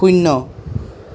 শূন্য